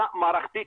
מעבירים,